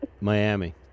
Miami